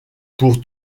pour